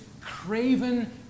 craven